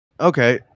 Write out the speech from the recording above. Okay